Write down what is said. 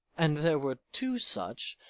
an there were two such,